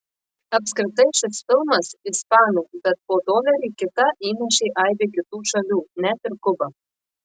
apskritai šis filmas ispanų bet po dolerį kitą įnešė aibė kitų šalių net ir kuba